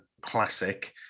classic